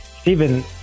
Stephen